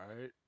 right